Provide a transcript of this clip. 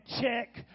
check